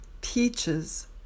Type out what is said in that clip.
peaches